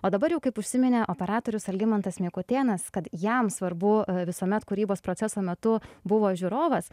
o dabar jau kaip užsiminė operatorius algimantas mikutėnas kad jam svarbu visuomet kūrybos proceso metu buvo žiūrovas